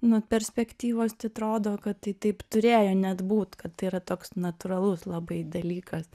nu perspektyvos titrodo kad tai taip turėjo net būt kad tai yra toks natūralus labai dalykas